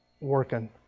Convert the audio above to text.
working